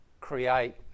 create